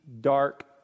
dark